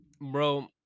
Bro